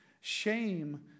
Shame